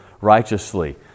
righteously